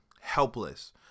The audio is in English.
helpless